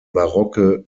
barocke